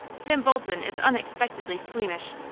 tim bolton is unexpectedly squeamish,